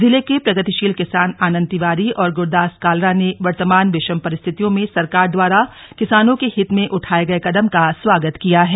जिले के प्रगतिशील किसान आनंद तिवारी और ग्रुदास कालरा ने वर्तमान विषम परिस्थितियों में सरकार दवारा किसानो के हित में उठाये गए कदम का स्वागत किया है